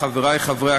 הנני מתכבד להודיעכם,